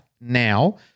now